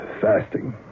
fasting